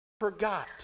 forgot